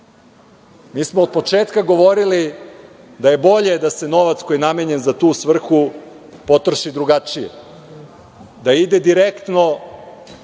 smo od početka govorili da je bolje da se novac koji je namenjen za tu svrhu potroši drugačije, da ide direktno